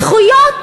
זכויות